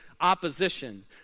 opposition